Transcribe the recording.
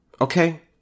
Okay